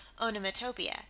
onomatopoeia